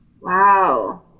Wow